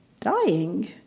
dying